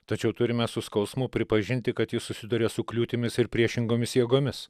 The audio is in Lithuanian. tačiau turime su skausmu pripažinti kad ji susiduria su kliūtimis ir priešingomis jėgomis